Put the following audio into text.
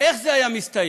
איך זה היה מסתיים?